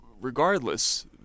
regardless